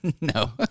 No